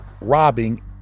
robbing